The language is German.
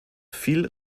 viel